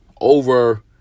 over